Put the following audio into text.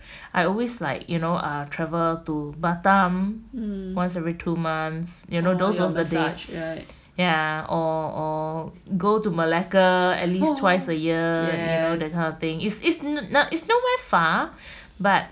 um massage right yes